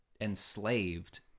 enslaved